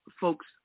folks